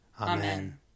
Amen